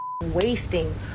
wasting